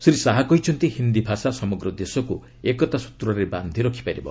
ଶ୍ରୀ ଶାହା କହିଛନ୍ତି ହିନ୍ଦୀ ଭାଷା ସମଗ୍ର ଦେଶକୁ ଏକତା ସ୍ଚତ୍ରରେ ବାନ୍ଧି ରଖିପାରିବ